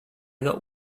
got